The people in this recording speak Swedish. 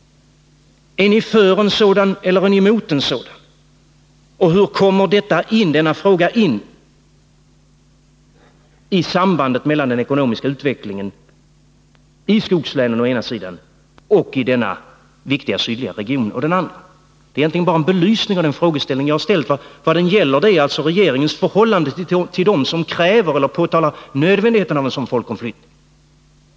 Är ni för en sådan eller emot en sådan? Och hur kommer denna fråga in i sambandet mellan den ekonomiska utvecklingen i skogslänen å den ena sidan och i denna viktiga sydliga region å den andra? Det är egentligen bara en belysning av min frågeställning. Vad den gäller är alltså regeringens förhållande till dem som kräver eller påtalar nödvändigheten av en folkomflyttning.